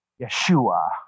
Yeshua